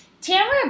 Tamara